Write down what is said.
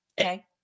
Okay